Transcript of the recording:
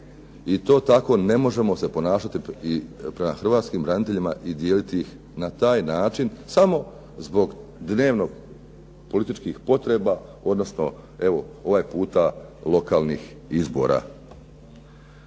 i to tako ne možemo se ponašati prema hrvatskim braniteljima i dijeliti ih na taj način samo zbog dnevno političkih potreba odnosno evo ovaj puta lokalnih izbora.